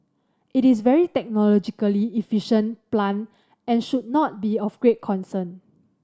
it is very technologically efficient plant and should not be of great concern